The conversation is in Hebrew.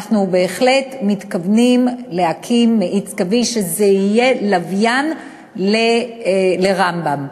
אנחנו בהחלט מתכוונים להקים מאיץ קווי שיהיה לוויין לבית-החולים רמב"ם,